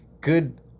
good